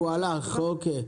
אוקיי.